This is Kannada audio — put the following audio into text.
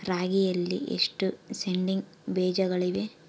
ರಾಗಿಯಲ್ಲಿ ಎಷ್ಟು ಸೇಡಿಂಗ್ ಬೇಜಗಳಿವೆ?